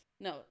no